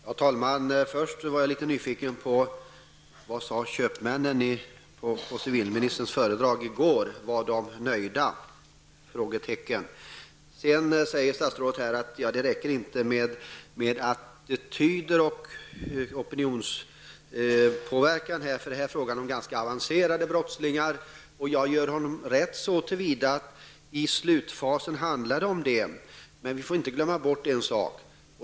Herr talman! Jag är först litet nyfiken på vad köpmännen sade efter civilministerns föredrag i går. Var de nöjda? Statsrådet säger vidare att det inte räcker med attityd och opinionspåverkan, eftersom det är fråga om ganska avancerade brottslingar. Jag ger honom rätt så till vida att det i slutfasen handlar om sådana personer. Men vi får inte glömma bort en sak.